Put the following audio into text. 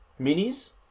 minis